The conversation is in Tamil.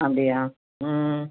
அப்படியா ம்